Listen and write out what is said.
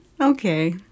Okay